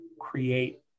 create